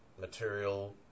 material